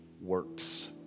works